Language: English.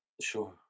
Sure